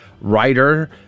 writer